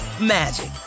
magic